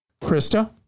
Krista